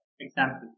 example